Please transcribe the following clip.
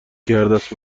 کردست